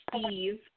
Steve